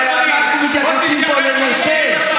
ואנחנו מתייחסים פה לנושא,